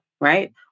right